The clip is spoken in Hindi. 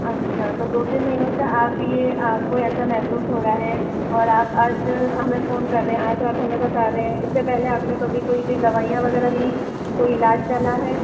अच्छा तो दो तीन महीनों से आप यह आपको ऐसा महसूस हो रहा है और आप आज हमें फोन कर रहे हैं आज आप हमें बता रहे हैं इससे पहले आपने कभी कोई दवाइयाँ वगैरह लीं कोई इलाज चला है